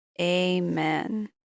Amen